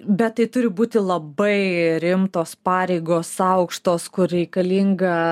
bet tai turi būti labai rimtos pareigos aukštos kur reikalinga